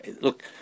Look